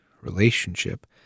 relationship